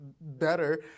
better